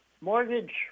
mortgage